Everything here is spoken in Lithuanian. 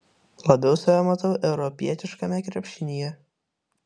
labiau save matau europietiškame krepšinyje